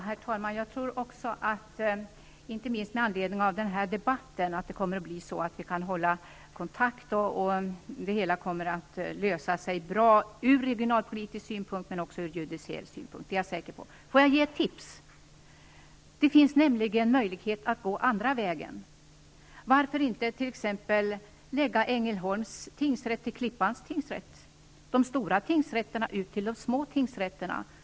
Herr talman! Jag tror också, inte minst med anledning av den här debatten, att vi kommer att kunna hålla kontakt och att det hela kommer att lösa sig bra ur regionalpolitisk synpunkt och även ur judiciell synpunkt. Det är jag säker på. Låt mig ge ett tips. Det finns nämligen en möjlighet att gå andra vägen. Varför inte förlägga t.ex. Ängelholms tingsrätt till Klippans tingsrätt och flytta ut de stora tingsrätterna till de små tingsrätterna.